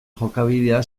jokabidea